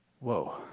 Whoa